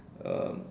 um